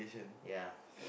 ya